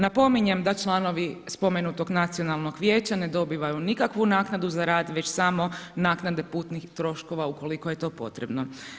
Napominjem da članovi spomenutog nacionalnog vijeća ne dobivaju nikakvu naknadu za rad već samo naknade putnih troškova ukoliko je to potrebno.